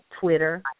Twitter